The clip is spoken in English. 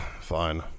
Fine